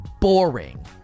boring